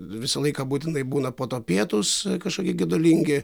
visą laiką būtinai būna po to pietūs kažkokie gedulingi